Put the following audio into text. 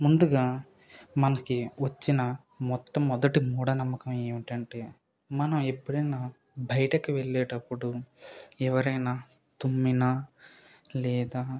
ముందుగా మనకు వచ్చినా మొట్టమొదటి మూఢ నమ్మకం ఏంటంటే మనం ఎప్పుడైనా ఎవరైనా బయటికి వెళ్ళేటప్పుడు ఎవరైనా తుమ్మినా లేదా